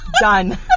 done